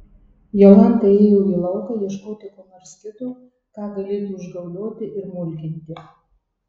jolanta ėjo į lauką ieškoti ko nors kito ką galėtų užgaulioti ir mulkinti